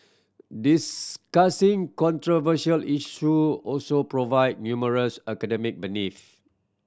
discussing controversial issue also provide numerous academic